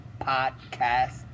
Podcast